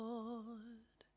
Lord